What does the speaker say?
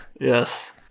Yes